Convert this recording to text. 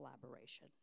collaboration